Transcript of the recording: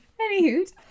Anywho